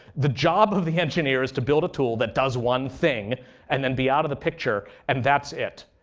the job of the engineer is to build a tool that does one thing and then be out of the picture and that's it.